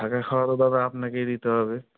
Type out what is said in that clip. থাকা খাওয়ার দাদা আপনাকেই দিতে হবে